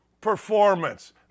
performance